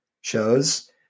shows